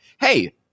hey